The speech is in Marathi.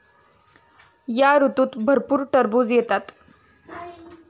या ऋतूत भरपूर टरबूज येतात